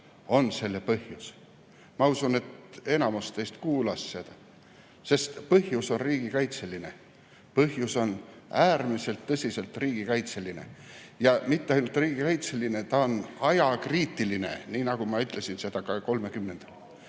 Ma usun, et enamik teist kuulas seda. Põhjus on riigikaitseline, põhjus on äärmiselt tõsiselt riigikaitseline. Ja mitte ainult riigikaitseline, vaid ka ajakriitiline, nii nagu ma ütlesin 30‑ndal.